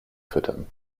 füttern